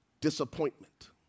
disappointment